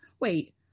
Wait